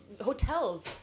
hotels